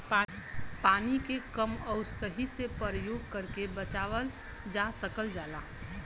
पानी के कम आउर सही से परयोग करके बचावल जा सकल जाला